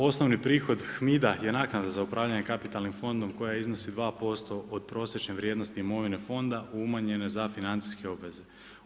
Osnovni prihod HMIDA je naknada za upravljanje kapitalnim fondom koja iznosi 2% od prosječne vrijednosti imovine fonda umanjene za financijske obveze.